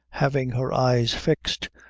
having her eyes fixed,